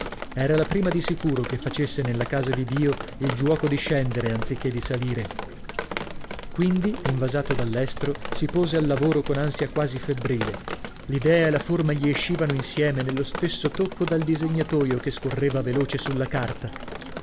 era la prima di sicuro che facesse nella casa di dio il giuoco di scendere anzi che di salire quindi invasato dall'estro si pose a lavoro con ansia quasi febbrile l'idea e la forma gli escivano insieme nello stesso tocco dal disegnatoio che scorreva veloce sulla carta